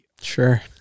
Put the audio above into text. Sure